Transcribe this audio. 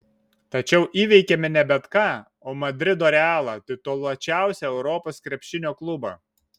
tačiau įveikėme ne bet ką o madrido realą tituluočiausią europos krepšinio klubą